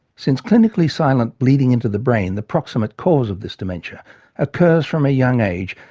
since clinically silent bleeding into the brain the proximate cause of this dementia occurs from a young age,